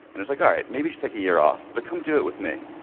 and was like, all right, maybe just take a year off, but come do it with me.